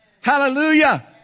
Hallelujah